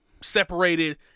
separated